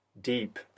deep